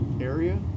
area